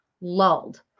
lulled